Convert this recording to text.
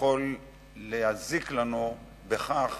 יכול להזיק לנו בכך